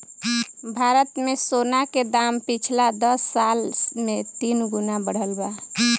भारत मे सोना के दाम पिछला दस साल मे तीन गुना बढ़ल बा